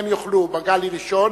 ראשון,